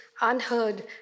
unheard